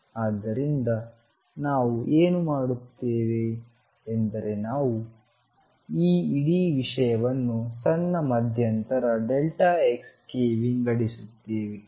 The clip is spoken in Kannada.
ಆದ್ದರಿಂದ ನಾವು ಏನು ಮಾಡುತ್ತೇವೆ ಎಂದರೆ ನಾವು ಈ ಇಡೀ ವಿಷಯವನ್ನು ಸಣ್ಣ ಮಧ್ಯಂತರxಗೆ ವಿಂಗಡಿಸುತ್ತೇವೆ